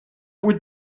would